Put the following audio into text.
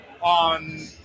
on